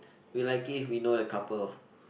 we will like it if we know the couple